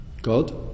God